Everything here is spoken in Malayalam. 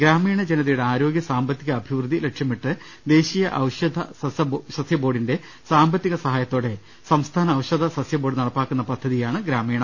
ഗ്രാമീണ ജനതയുടെ ആരോഗ്യ സാമ്പത്തിക അഭിവൃദ്ധി ലക്ഷ്യമിട്ട് ദേശീയ ഔഷധ സസ്യ ബോർഡിന്റെ സാമ്പത്തിക സഹായത്തോടെ സംസ്ഥാന ഔഷധ സസ്യ ബോർഡ് നടപ്പിലാക്കുന്ന പദ്ധതിയാണ് ഗ്രാമീണം